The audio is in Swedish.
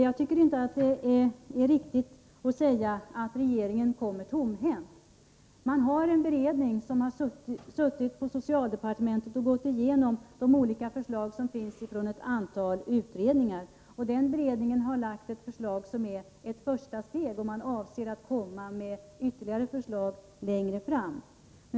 Jag tycker inte att det är riktigt att säga att regeringen kommer tomhänt. En beredningsgrupp inom socialdepartementet har gått igenom de olika förslag som kommit från ett antal utredningar. Den beredningsgruppen har lagt fram ett förslag som är ett första steg. Man avser att komma med ytterligare förslag längre fram.